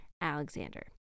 Alexander